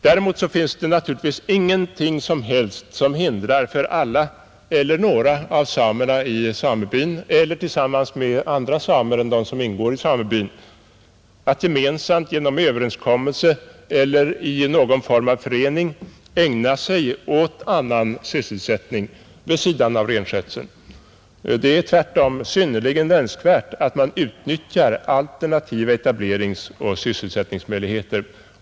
Däremot finns det ingenting som hindrar några eller alla i samebyn — eventuellt tillsammans med andra samer än de som ingår i byn — att genom överenskommelse eller genom någon form av förening ägna sig åt annan sysselsättning vid sidan av renskötseln, Det är tvärtom synnerligen önskvärt att man utnyttjar alternativa etableringsoch sysselsättningsmöjligheter.